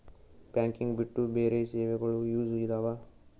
Banking ಬಿಟ್ಟು ಬೇರೆ ಸೇವೆಗಳು ಯೂಸ್ ಇದಾವ?